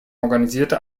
organisierte